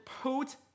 put